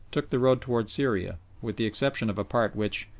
took the road towards syria, with the exception of a part which,